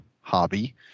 hobby